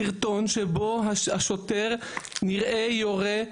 סרטון שבו השוטר נראה יורה,